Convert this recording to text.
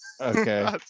Okay